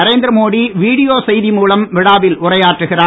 Narendra Modi video செய்தி மூலம் விழாவில் உரையாற்றுகிறார்